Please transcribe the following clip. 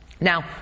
Now